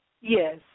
Yes